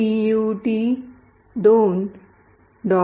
C tutorial 2